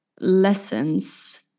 lessons